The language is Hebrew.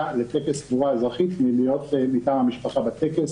לטקס קבורה אזרחית מלהיות מטעם המשפחה בטקס,